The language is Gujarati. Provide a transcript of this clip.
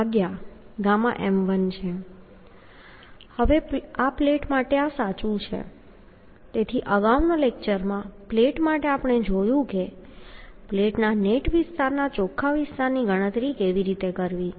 હવે પ્લેટ માટે આ સાચું છે તેથી અગાઉના લેક્ચરમાં પ્લેટ માટે આપણે જોયું છે કે પ્લેટના નેટ વિસ્તારના ચોખ્ખા વિસ્તારની ગણતરી કેવી રીતે કરવી